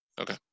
okay